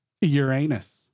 Uranus